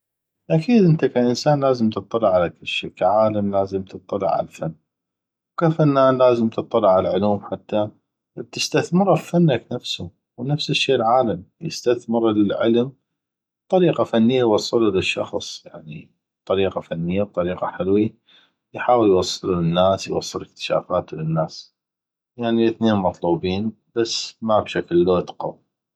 اكيد انته ك انسان لازم تتطلع على كل شي ك عالم لازم تتطلع عالفن وك فنان لازم تتطلع عالعلوم حته تستثمره بفنك نفسو ونفس الشي العالم يستثمر العلم بطريقة فنية يوصلو للشخص بطريقة فنيه بطريقه حلوي يحاول يوصلو للناس يوصل اكتشافاتو للناس يعني الاثنين مطلوبين بس ما بشكل لود قوي